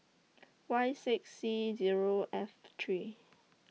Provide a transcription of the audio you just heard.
Y six C Zero F three